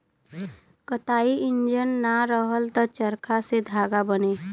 कताई इंजन ना रहल त चरखा से धागा बने